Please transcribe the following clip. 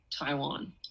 Taiwan